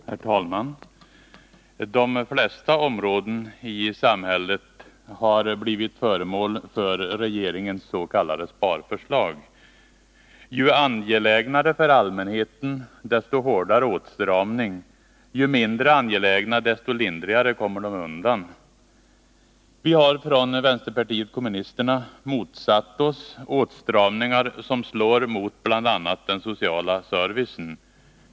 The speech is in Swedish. Herr talman! De flesta områden i samhället har blivit föremål för regeringens s.k. sparförslag. Ju angelägnare för allmänheten, desto hårdare åtstramning. Ju mindre angelägna, desto lindrigare kommer man undan. Vi har från vänsterpartiet kommunisterna motsatt oss åtstramningar som slår mot bl.a. den sociala servicen.